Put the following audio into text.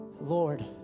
Lord